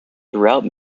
throughout